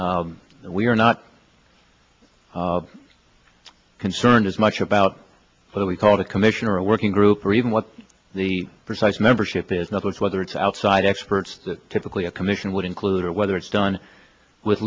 we are not concerned as much about what we call the commission or a working group or even what the precise membership is not whether it's outside experts that typically a commission would include or whether it's done with